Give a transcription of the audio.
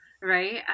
right